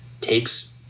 Takes